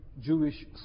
Jewish